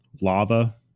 lava